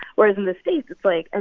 whereas, in the states, it's, like, and